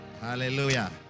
Hallelujah